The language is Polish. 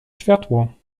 światło